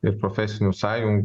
ir profesinių sąjun